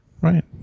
Right